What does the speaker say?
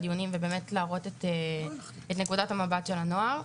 ובאמת להראות את נקודת המבט של הנוער.